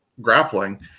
grappling